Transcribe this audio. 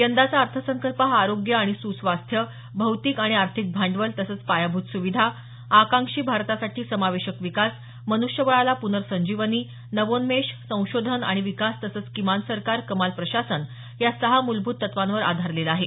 यंदाचा अर्थसंकल्प हा आरोग्य आणि सुस्वास्थ्य भौतिक आणि आर्थिक भांडवल तसंच पायाभूत सुविधा आकांक्षी भारतासाठी समावेशक विकास मन्ष्यबळाला प्नर्संजीवनी नवोन्मेष संशोधन आणि विकास तसंच किमान सरकार कमाल प्रशासन या सहा मूलभूत तत्वांवर आधारलेला आहे